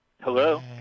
hello